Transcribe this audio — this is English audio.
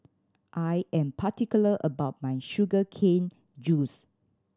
I am particular about my sugar cane juice